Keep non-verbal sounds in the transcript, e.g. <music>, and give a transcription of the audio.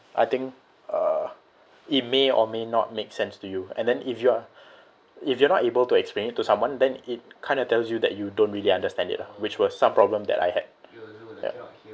I think uh it may or may not make sense to you and then if you're <breath> if you are not able to explain it to someone then it kind of tells you that you don't really understand it lah which was some problem that I had ya